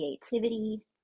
creativity